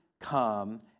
come